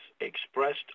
expressed